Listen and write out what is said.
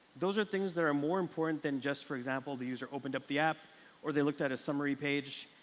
those are things that are more important than just for example, the user opened up the app or they looked at a summary page.